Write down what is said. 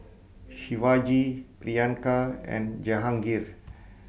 Shivaji Priyanka and Jehangirr